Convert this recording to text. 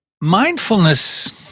Mindfulness